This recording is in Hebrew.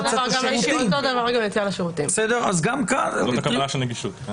זאת הכוונה של נגישות.